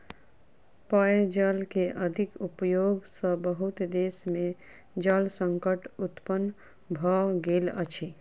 पेयजल के अधिक उपयोग सॅ बहुत देश में जल संकट उत्पन्न भ गेल अछि